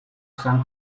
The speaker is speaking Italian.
san